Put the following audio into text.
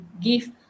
give